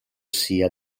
sia